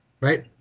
right